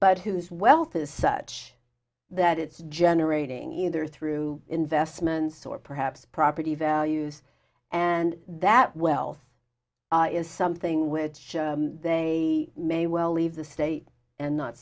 but whose wealth is such that it's generating either through investments or perhaps property values and that wealth is something which they may well leave the state and not